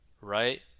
right